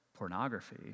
Pornography